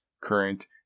current